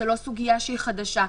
זו לא סוגיה שהיא חדשה.